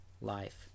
life